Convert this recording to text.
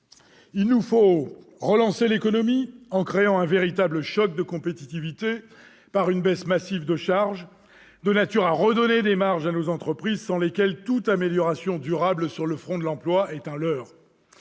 il nous faut relancer l'économie en créant un véritable choc de compétitivité par une baisse massive de charges de nature à redonner des marges à nos entreprises, sans lesquelles toute amélioration durable sur le front de l'emploi est hors